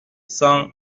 cent